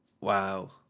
Wow